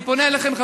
אני פונה אליכם,